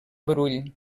brull